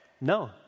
No